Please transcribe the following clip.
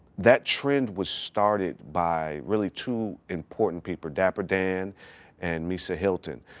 that trend was started by really two important people. dapper dan and misa hylton.